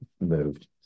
moved